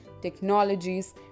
technologies